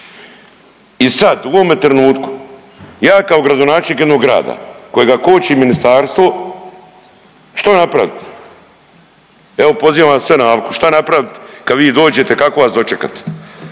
I sad u ovome trenutku ja kao gradonačelnik jednoga grada kojega koči ministarstvo što napravit? Evo pozivam vas sve na Alku, šta napravit kad vi dođete kako vas dočekat?